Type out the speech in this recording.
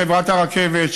חברת הרכבת,